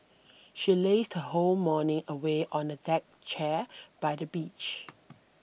she lazed her whole morning away on a deck chair by the beach